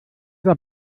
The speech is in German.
der